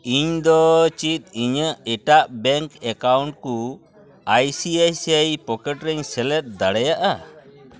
ᱤᱧᱫᱚ ᱪᱮᱫ ᱤᱧᱟᱹᱜ ᱮᱴᱟᱜ ᱵᱮᱝᱠ ᱮᱠᱟᱣᱩᱱᱴᱠᱩ I C I C I pocket ᱨᱮᱧ ᱥᱮᱞᱮᱫ ᱫᱟᱲᱮᱭᱟᱜᱼᱟ